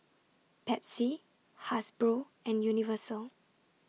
Pepsi Hasbro and Universal